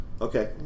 Okay